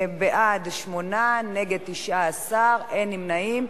בעד, 8, נגד, 19, אין נמנעים.